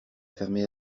fermé